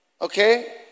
Okay